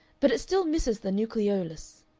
but it still misses the nucleolus.